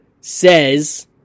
says